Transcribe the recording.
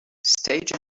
stage